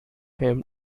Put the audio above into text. him